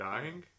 Dying